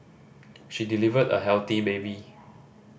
she delivered a healthy baby